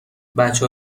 بچه